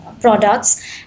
products